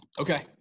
Okay